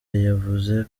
yavuze